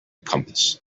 compass